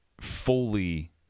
fully